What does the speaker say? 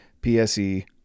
PSE